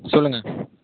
சொல்லுங்கள்